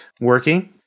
working